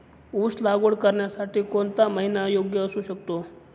ऊस लागवड करण्यासाठी कोणता महिना योग्य असू शकतो?